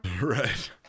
Right